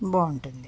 బాగుంటుంది